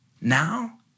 Now